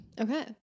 Okay